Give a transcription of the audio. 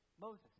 Moses